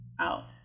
out